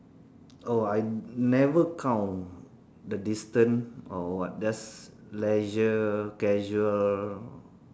oh I never count the distant or what just leisure casual